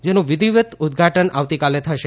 જેનું વિધિવત ઉદઘાટન આવતીકાલે થશે